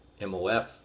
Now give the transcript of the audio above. MOF